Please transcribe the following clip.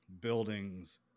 buildings